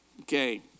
Okay